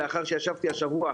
לאחר שישבתי השבוע,